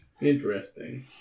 Interesting